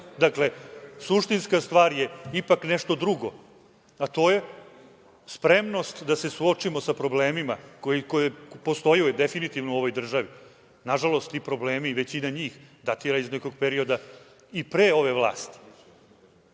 Suštinska stvar je ipak nešto drugo, a to je spremnost da se suočimo sa problemima koji postoje definitivno u ovoj državi. Nažalost, ti problemi, većina njih, datira iz nekog perioda i pre ove vlasti. Da